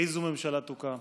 איזו ממשלה תוקם.